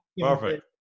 perfect